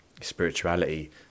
spirituality